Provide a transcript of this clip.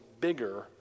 bigger